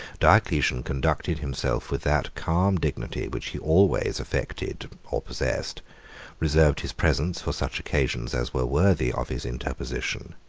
diocletian conducted himself with that calm dignity which he always affected or possessed reserved his presence for such occasions as were worthy of his interposition,